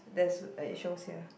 there's uh it shows here